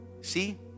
See